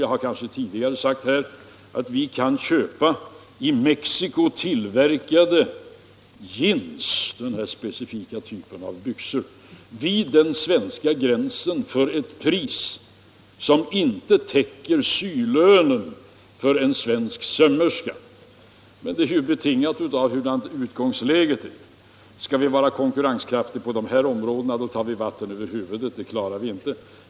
Jag har kanske tidigare sagt här i kammaren att vi vid den svenska gränsen kan köpa i Mexiko tillverkade jeans — den här specifika typen av byxor — för ett pris som inte täcker sylönen för en svensk sömmerska. Det beror naturligtvis på utgångsläget. Försöker vi vara konkurrenskraftiga på dessa områden, tar vi oss vatten över huvudet.